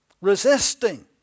Resisting